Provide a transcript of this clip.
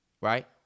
right